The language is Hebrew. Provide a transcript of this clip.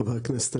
חבר הכנסת,